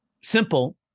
simple